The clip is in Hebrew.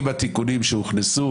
עם התיקונים שהוכנסו.